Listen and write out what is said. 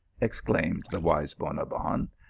ex claimed the wise bonabbon.